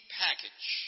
package